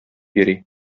йөри